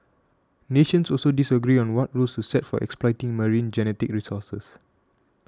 nations also disagree on what rules to set for exploiting marine genetic resources